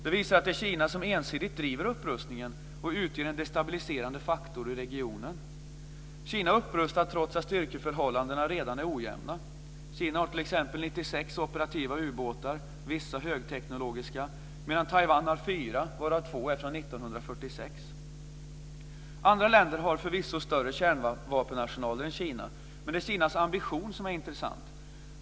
Det visar att det är Kina som ensidigt driver upprustningen och utgör en destabiliserande faktor i regionen. Kina upprustar trots att styrkeförhållandena redan är ojämna. Kina har t.ex. 96 operativa ubåtar varav vissa högteknologiska medan Taiwan har fyra varav två är från 1946. Andra länder har förvisso större kärnvapenarsenaler än Kina. Men det är Kinas ambition som är intressant.